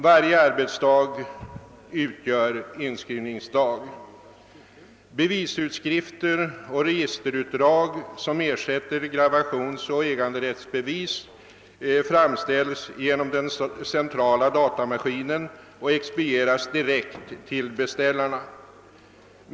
Varje arbetsdag utgör inskrivningsdag. Bevisutskrifter och registerutdrag, som ersätter gravationsoch äganderättsbevis, framställs genom den centrala datamaskinen och expedieras direkt till beställarna.